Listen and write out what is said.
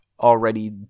already